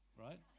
right